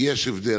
יש הבדל.